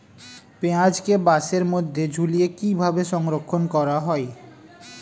পেঁয়াজকে বাসের মধ্যে ঝুলিয়ে কিভাবে সংরক্ষণ করা হয়?